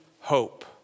hope